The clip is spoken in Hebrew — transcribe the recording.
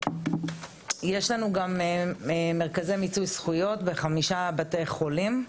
יש לנו גם מרכזי מיצוי זכויות בחמישה בתי חולים,